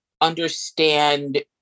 Understand